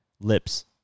Lips